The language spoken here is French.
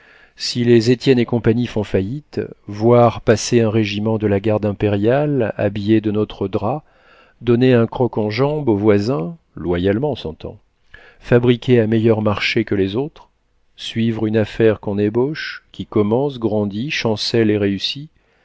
si les étienne et compagnie font faillite voir passer un régiment de la garde impériale habillé de notre drap donner un croc en jambe au voisin loyalement s'entend fabriquer à meilleur marché que les autres suivre une affaire qu'on ébauche qui commence grandit chancelle et réussit